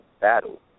battle